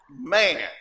man